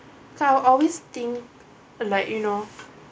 so I always think like you know